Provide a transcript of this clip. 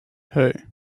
hey